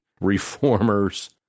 reformers